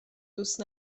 دوست